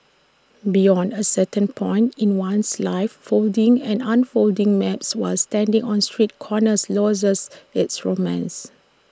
beyond A certain point in one's life folding and unfolding maps while standing on street corners loses its romance